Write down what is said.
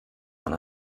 man